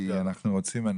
כי אנחנו רוצים,